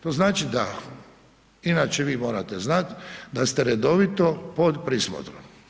To znači da, inače, vi morate znati da ste redovito pod prismotrom.